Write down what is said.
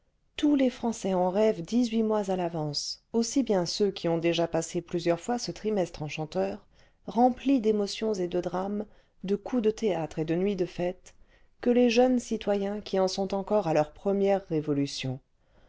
tous les français en rêvent dix-huit mois à l'avance aussi bien ceux qui ont déjà passé plusieurs fois ce trimestre enchanteur rempli d'émotions et de drames de coups de théâtre et de nuits de fête que les jeunes citoyens qui en sont encore à leur première révolution